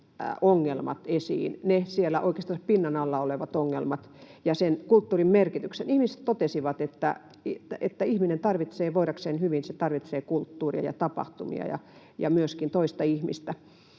oikeastaan ne siellä pinnan alla olevat ongelmat, ja sen kulttuurin merkityksen. Ihmiset totesivat, että voidakseen hyvin ihminen tarvitsee kulttuuria ja tapahtumia ja myöskin toista ihmistä.